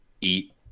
eat